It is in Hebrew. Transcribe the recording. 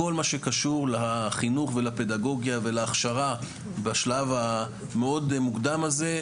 בכל מה שקשור לחינוך ולפדגוגיה ולהכשרה בשלב המאוד מוקדם הזה,